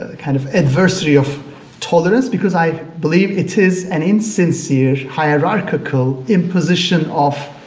ah kind of adversary of tolerance because i believe it is an insincere, hierarchical imposition of